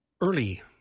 early